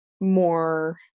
more